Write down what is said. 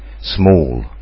Small